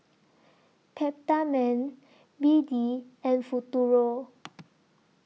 Peptamen B D and Futuro